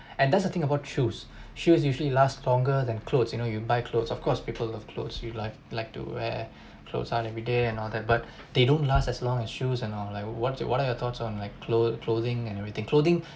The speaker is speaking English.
and that's the thing about shoes shoes usually last longer than clothes you know you buy clothes of course people love clothes you live like to wear clothes on every day and all that but they don't last as long as shoes and all like what's what are your thoughts on like cloth clothing and everything clothing